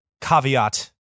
caveat